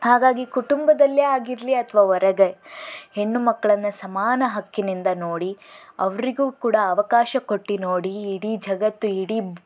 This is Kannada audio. ಹಾಗಾಗಿ ಕುಂಟುಂಬದಲ್ಲಿ ಆಗಿರಲಿ ಅಥವಾ ಹೊರಗೆ ಹೆಣ್ಣು ಮಕ್ಕಳನ್ನ ಸಮಾನ ಹಕ್ಕಿನಿಂದ ನೋಡಿ ಅವರಿಗೂ ಕೂಡ ಅವಕಾಶ ಕೊಟ್ಟು ನೋಡಿ ಇಡೀ ಜಗತ್ತು ಇಡೀ